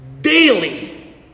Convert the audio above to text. daily